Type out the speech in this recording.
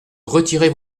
retirer